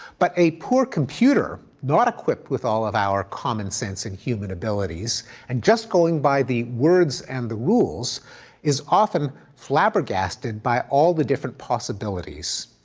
but a poor computer not equipped with all of our common sense and human abilities and just going by the words and the rules is often flabbergasted by all the different possibilities.